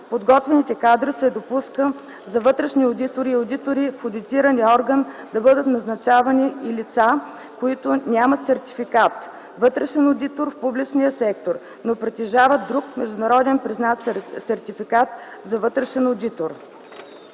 подготвени кадри се допуска за вътрешни одитори и одитори в Одитния орган да бъдат назначавани и лица, които нямат сертификат „Вътрешен одитор в публичния сектор”, но притежават друг международно признат сертификат за вътрешен